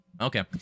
Okay